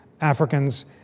Africans